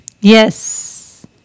Yes